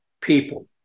people